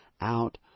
out